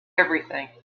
everything